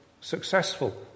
successful